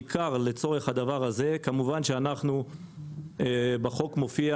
בעיקר לצורך הדבר הזה כמובן שבחוק מופיע